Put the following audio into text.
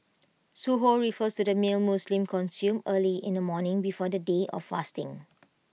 Suhoor refers to the meal Muslims consume early in the morning before the day of fasting